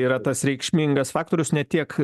yra tas reikšmingas faktorius ne tiek